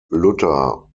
luther